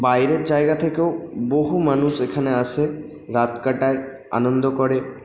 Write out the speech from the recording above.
বাইরের জায়গা থেকেও বহু মানুষ এখানে আসে রাত কাটায় আনন্দ করে